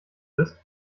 bist